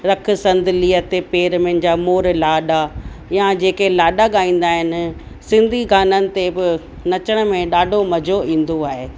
रखु संदलीअ ते पेर मुंहिंजा मोर लाॾा या जेके लाॾा ॻाईंदा आहिनि सिंधी गाननि ते बि नचण में ॾाढो मज़ो ईंदो आहे